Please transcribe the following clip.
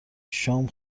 شام